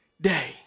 day